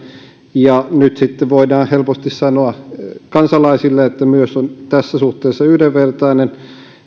ja nyt sitten voidaan helposti sanoa kansalaisille että se on myös tässä suhteessa yhdenvertainen